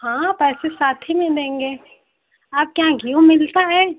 हाँ पैसे साथ हीं दे देंगे आपके यहाँ घी मिलता है